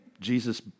Jesus